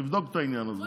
תבדוק את העניין הזה.